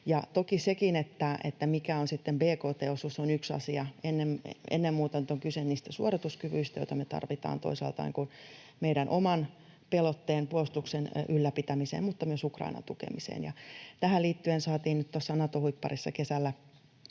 toki sekin, että mikä on sitten bkt-osuus, on yksi asia. Ennen muuta nyt on kyse niistä suorituskyvyistä, joita me tarvitaan toisaalta meidän oman pelotteen, puolustuksen, ylläpitämiseen mutta myös Ukrainan tukemiseen. Ja tähän liittyen saatiin nyt tuossa Nato-huipparissa kesällä